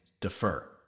defer